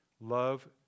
love